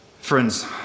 Friends